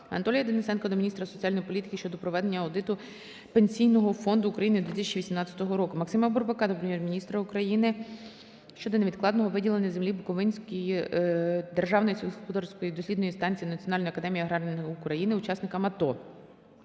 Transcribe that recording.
Анатолія Денисенка до міністра соціальної політики щодо проведення аудиту Пенсійного фонду України у 2018 році. Максима Бурбака до Прем'єр-міністра України щодо невідкладного виділення землі Буковинської державної сільськогосподарської дослідної станції Національної академії аграрних наук України учасникам АТО.